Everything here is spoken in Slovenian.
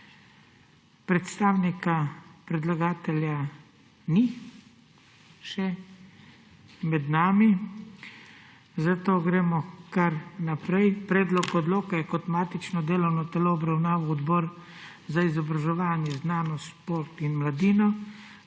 Predstavnika predlagatelja še ni med nami, zato gremo kar naprej. Predlog odloka je kot matično delovno telo obravnaval Odbor za izobraževanje, znanost, šport in mladino.